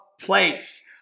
place